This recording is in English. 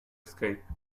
escape